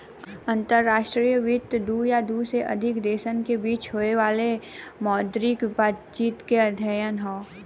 अंतर्राष्ट्रीय वित्त दू या दू से अधिक देशन के बीच होये वाला मौद्रिक बातचीत क अध्ययन हौ